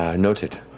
ah noted.